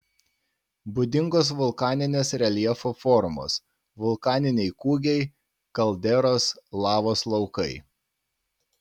būdingos vulkaninės reljefo formos vulkaniniai kūgiai kalderos lavos laukai